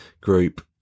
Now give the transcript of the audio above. group